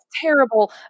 terrible